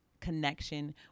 connection